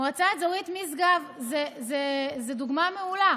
מועצה אזורית משגב זו דוגמה מעולה,